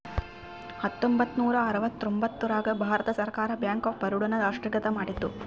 ಹತ್ತೊಂಬತ್ತ ನೂರ ಅರವತ್ತರ್ತೊಂಬತ್ತ್ ರಾಗ ಭಾರತ ಸರ್ಕಾರ ಬ್ಯಾಂಕ್ ಆಫ್ ಬರೋಡ ನ ರಾಷ್ಟ್ರೀಕೃತ ಮಾಡಿತು